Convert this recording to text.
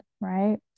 right